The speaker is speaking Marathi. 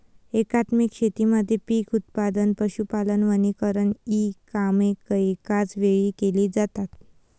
एकात्मिक शेतीमध्ये पीक उत्पादन, पशुपालन, वनीकरण इ कामे एकाच वेळी केली जातात